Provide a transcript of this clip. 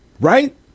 Right